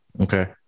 Okay